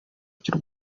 cy’u